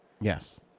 Yes